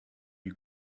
you